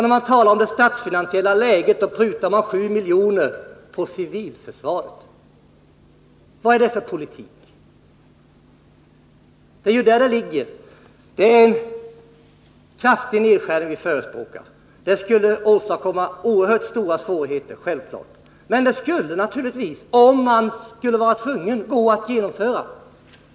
När man talar om det statsfinansiella läget prutar man 7 miljoner på civilförsvaret. Vad är det för politik? Ivyfallet skulle åstadkomma oerhört stora svårigheter. Men det skulle naturligtvis gå att Det är ju en kraftig nedskärning vi förespråkar, något som s genomföra nedskärningar, om man var tvungen.